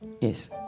Yes